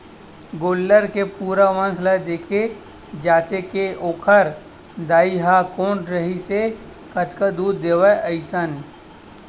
गोल्लर के पूरा वंस ल देखे जाथे के ओखर दाई ह कोन रिहिसए कतका दूद देवय अइसन